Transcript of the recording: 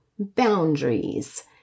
boundaries